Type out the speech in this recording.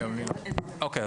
אוקיי.